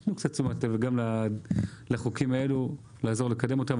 אני מבקש שתיתנו קצת תשומת לב לחוקים האלה ושתעזרו לקדם אותם.